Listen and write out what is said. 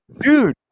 dude